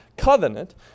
Covenant